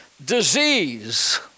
Disease